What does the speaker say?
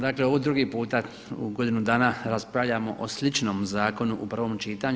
Dakle ovo drugi puta u godinu dana raspravljamo o sličnom zakonu u prvom čitanju.